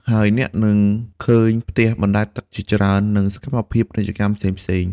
ហើយអ្នកនឹងឃើញផ្ទះបណ្តែតទឹកជាច្រើន និងសកម្មភាពពាណិជ្ជកម្មផ្សេងៗ។